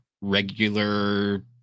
regular